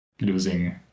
losing